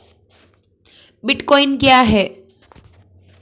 Bitcoin क्या है?